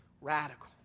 Radical